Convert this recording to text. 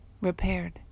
repaired